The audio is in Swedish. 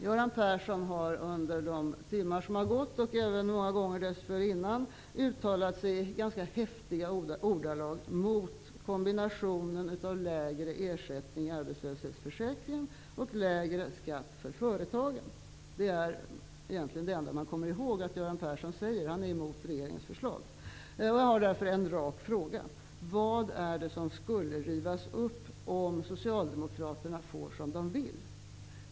Göran Persson har under de timmar som har gått och även många gånger dessförinnan uttalat sig i ganska häftiga ordalag mot kombinationen av lägre ersättningsnivå i arbetslöshetsförsäkringen och lägre skatt för företagen. Det är egentligen det enda man kommer ihåg att Göran Persson säger. Han är emot regeringens förslag. Jag vill därför ställa en rak fråga. Vilka delar av förslaget skulle rivas upp om socialdemokraterna får som de vill?